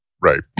Right